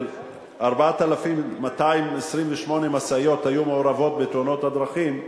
של 4,228 משאיות שהיו מעורבות בתאונות הדרכים.